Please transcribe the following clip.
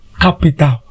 capital